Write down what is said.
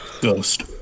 Ghost